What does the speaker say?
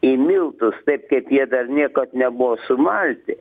į miltus taip kaip jie dar niekad nebuvo sumalti